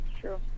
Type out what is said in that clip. true